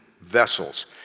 vessels